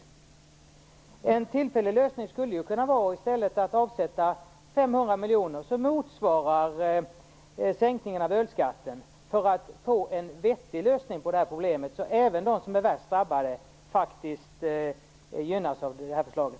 En annan tillfällig lösning skulle väl kunna vara att avsätta 500 miljoner, vilket motsvarar sänkningen av ölskatten, för att få en vettig lösning på det här problemet så att även de värst drabbade gynnas av förslaget.